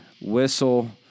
whistle